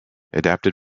adapted